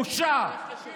בושה.